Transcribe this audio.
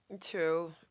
True